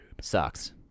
sucks